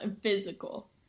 Physical